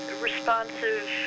Responsive